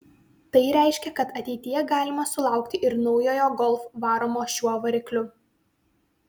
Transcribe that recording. tai reiškia kad ateityje galima sulaukti ir naujojo golf varomo šiuo varikliu